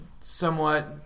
somewhat